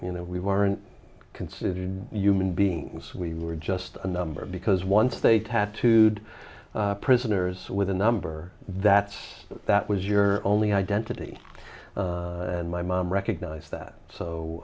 you know we weren't considered human beings we were just a number because once they tattooed prisoners with a number that's that was your only identity and my mom recognized that